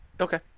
Okay